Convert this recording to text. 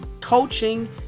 coaching